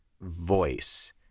voice